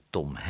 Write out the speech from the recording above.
Tom